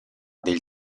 del